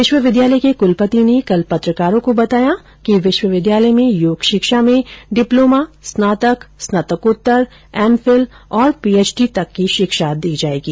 विश्वविद्यालय के कुलपति ने कल पत्रकारों को बताया कि विश्वविद्यालय में योग शिक्षा में डिप्लोमा स्नातक स्नातकोत्तर एफ फिल और पी एच डी तक की शिक्षा दी जायेगी